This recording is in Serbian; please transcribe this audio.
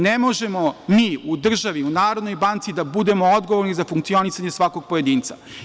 Ne možemo mi u državi, u Narodnoj banci da budemo odgovorni za funkcionisanje svakog pojedinca.